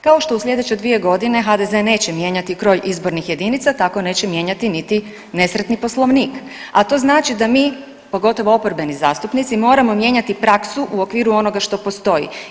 Kao što u slijedeće 2 godine HDZ neće mijenjati kroj izbornih jedinica, tako neće mijenjati niti nesretni Poslovnik, a to znači da mi pogotovo oporbeni zastupnici moramo mijenjati praksu u okviru onoga što postoji.